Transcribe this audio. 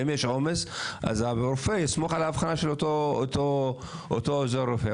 ואם יש עומס אז הרופא יסמוך על האבחון של אותו עוזר רופא,